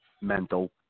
mental